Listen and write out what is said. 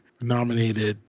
nominated